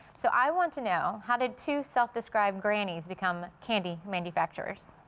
so, i want to know how did two self-described grannies become candy manufactures?